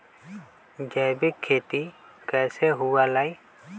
जैविक खेती कैसे हुआ लाई?